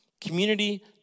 Community